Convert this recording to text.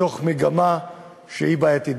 מתוך מגמה שהיא בעייתית,